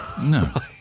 No